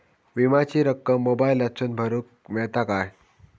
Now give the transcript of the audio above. विमाची रक्कम मोबाईलातसून भरुक मेळता काय?